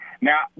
Now